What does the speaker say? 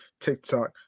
TikTok